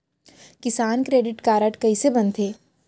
किसान credit card कइसे बनथे?